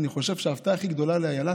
ואני חושב שההפתעה הכי גדולה עבור איילה